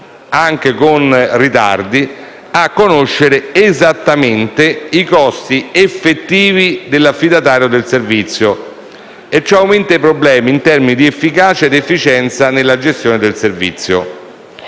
anche con ritardi a conoscere esattamente i costi effettivi dell'affidatario del servizio, e ciò aumenta i problemi in termini di efficacia ed efficienza nella gestione del servizio.